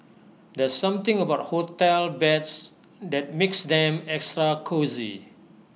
there's something about hotel beds that makes them extra cosy